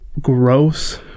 gross